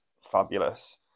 fabulous